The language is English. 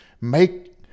make